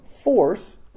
force